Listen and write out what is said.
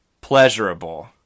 pleasurable